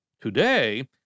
Today